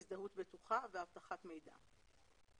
הזדהות בטוחה ואבטחת המידע.